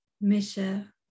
Misha